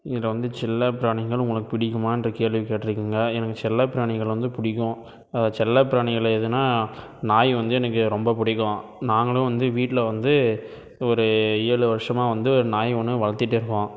இதில் வந்து செல்ல பிராணிகள் உங்களுக்கு பிடிக்குமான்ற கேள்வி கேட்டுருக்கீங்க எனக்கு செல்ல பிராணிகள் வந்து பிடிக்கும் செல்ல பிராணிகள் எதுனால் நாய் வந்து எனக்கு ரொம்ப பிடிக்கும் நாங்களும் வந்து வீட்டில் வந்து ஒரு ஏழு வருஷமாக வந்து ஒரு நாய் ஒன்று வளர்த்திட்ருப்போம்